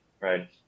Right